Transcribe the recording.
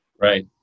Right